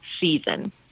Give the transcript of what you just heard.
season